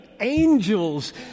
angels